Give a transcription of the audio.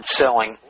selling